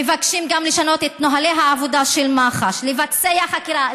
מבקשים גם לשנות את נוהלי העבודה של מח"ש לבצע חקירה,